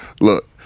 look